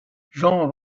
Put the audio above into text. jean